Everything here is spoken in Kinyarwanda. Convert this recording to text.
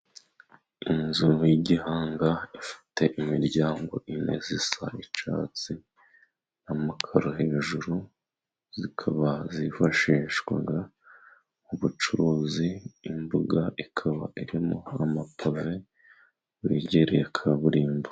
Inzu yigihanga ifite imiryango ine isa n'icyatsi, amakaro hejuru, zikaba zifashishwa mu bucuruzi, imbuga ikaba irimo amapave, yegereye kaburimbo.